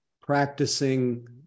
practicing